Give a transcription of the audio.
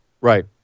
Right